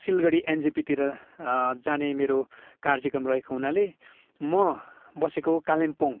सिलगढी एनजेपीतिर जाने मेरो कार्यक्रम रहेको हुनाले म बसेको कालिम्पोङ